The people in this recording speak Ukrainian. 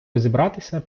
розібратися